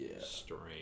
strange